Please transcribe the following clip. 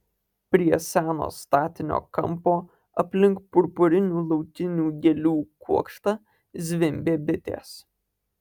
prie seno statinio kampo aplink purpurinių laukinių gėlių kuokštą zvimbė bitės